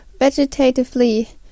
vegetatively